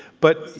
but,